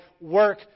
work